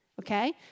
Okay